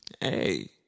Hey